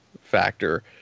factor